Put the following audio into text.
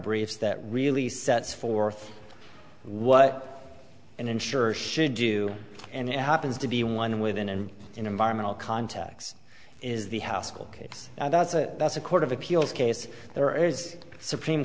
brief that really sets forth what an insurer should do and happens to be one within and in environmental contacts is the house school kids that's a that's a court of appeals case there is supreme